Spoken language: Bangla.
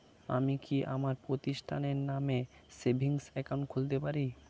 আমি কি আমার প্রতিষ্ঠানের নামে সেভিংস একাউন্ট খুলতে পারি?